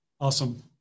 Awesome